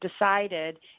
decided